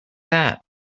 that